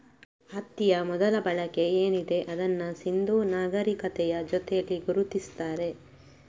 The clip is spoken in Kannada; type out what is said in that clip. ಹತ್ತಿಯ ಮೊದಲ ಬಳಕೆ ಏನಿದೆ ಅದನ್ನ ಸಿಂಧೂ ನಾಗರೀಕತೆಯ ಜೊತೇಲಿ ಗುರುತಿಸ್ತಾರೆ